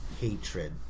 hatred